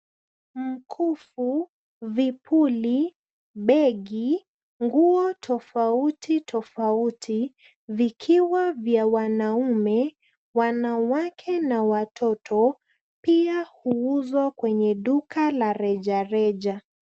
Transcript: Mkufu, vipuli, begi, nguo tofauti tofauti vikiwa vya wanaume, wanawake na watoto pia huuzwa kwenye duka la rejareja.